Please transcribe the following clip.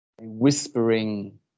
Whispering